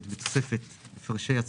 את מה היא